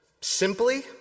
simply